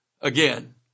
Again